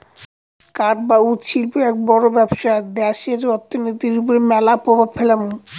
কাঠ বা উড শিল্প এক বড় ব্যবসা দ্যাশের অর্থনীতির ওপর ম্যালা প্রভাব ফেলামু